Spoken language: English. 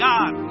God